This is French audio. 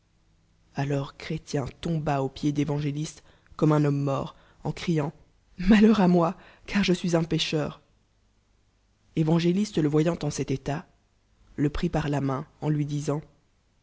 alors ouétien tomba aux pi dl d'év dngéline comme un homme mort en criant malheur tè moi can je suis un pécheur évangélisle je voyant en cet état le prit par la main en lui disant